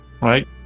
Right